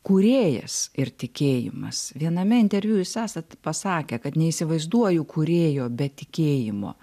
kūrėjas ir tikėjimas viename interviu jūs esat pasakę kad neįsivaizduoju kūrėjo be tikėjimo